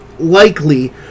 Likely